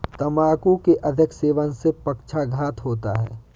तंबाकू के अधिक सेवन से पक्षाघात होता है